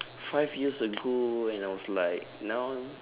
five years ago when I was like now